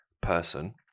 person